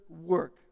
work